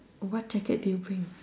what jacket did you bring